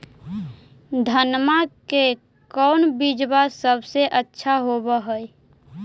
धनमा के कौन बिजबा सबसे अच्छा होव है?